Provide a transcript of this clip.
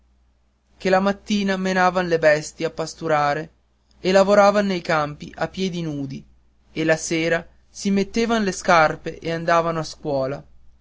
che la mattina menavan le bestie a pasturare e lavoravan nei campi a piedi nudi e la sera si mettevano le scarpe e andavano a scuola